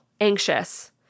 anxious